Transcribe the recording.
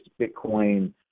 Bitcoin